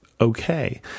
okay